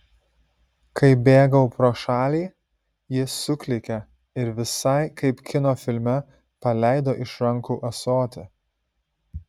kai bėgau pro šalį ji suklykė ir visai kaip kino filme paleido iš rankų ąsotį